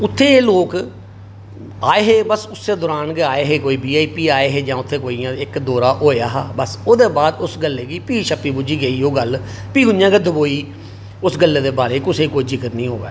उत्थै एह् लोक आए हे इस दौरान गै आए हे कोई बी आई पी आए हे जां उत्थै कोई इक दौरा होआ हा बस ओह्दे बाद उस गल्लै गी भी छप्पी गुज्जी गेई ओह् गल्ल भी उ'यां गै दबोई उस गल्लै दे बारे च कुसै ई कोई जिकर निं होआ